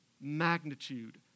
magnitude